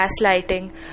gaslighting